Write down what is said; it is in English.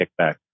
kickback